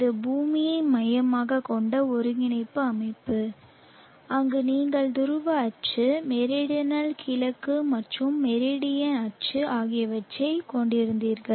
இது பூமியை மையமாகக் கொண்ட ஒருங்கிணைப்பு அமைப்பு அங்கு நீங்கள் துருவ அச்சு மெரிடியனின் கிழக்கு மற்றும் மெரிடியன் அச்சு ஆகியவற்றைக் கொண்டிருந்தீர்கள்